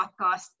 podcast